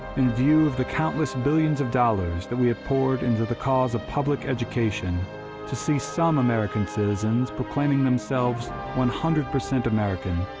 in view of the countless billions of dollars that we have poured into the cause of public education to see some american citizens proclaiming themselves one hundred percent american,